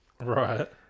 right